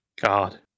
God